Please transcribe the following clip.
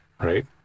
Right